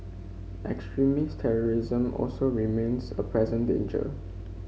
extremist terrorism also remains a present danger